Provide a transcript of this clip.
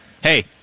Hey